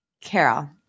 Carol